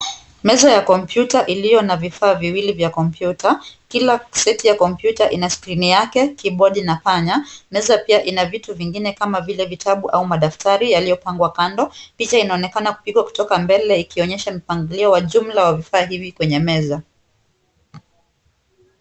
Meza ya kompyuta iliyo na vifaa viwili vya kompyuta. Kila seti ya kompyuta ina skrini yake kibodi na panya. Meza pia ina vitu vingine kama vile vitabu au madaftari yaliyopangwa kando. Picha inaonekana kupigwa kutoka mbele ikionyesha mpangilio wa jumla wa vifaa hivi kwenye meza.